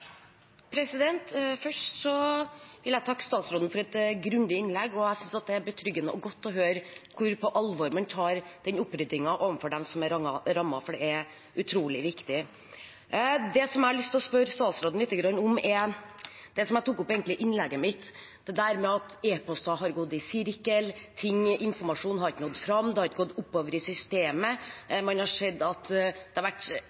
betryggende og godt å høre hvor alvorlig man tar oppryddingen overfor dem som er rammet, for det er utrolig viktig. Det som jeg har lyst til å spørre statsråden litt om, er det som jeg tok opp i innlegget mitt om at e-post har gått i sirkel, informasjon har ikke nådd fram, det har ikke gått oppover i systemet, og det har